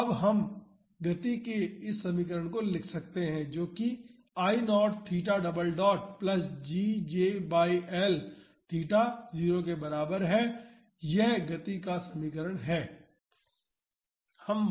तो अब हम गति के इस समीकरण को लिख सकते हैं जो की I naught theta double dot plus GJ by L theta 0 के बराबर है यह गति का समीकरण है